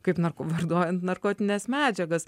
kaip narko vartojant narkotines medžiagas